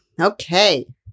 okay